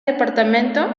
departamento